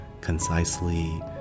concisely